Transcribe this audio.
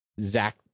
zach